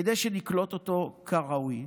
כדי שנקלוט אותו כראוי.